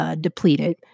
depleted